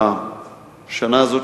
בשנה הזאת,